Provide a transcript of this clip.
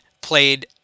played